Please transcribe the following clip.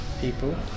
People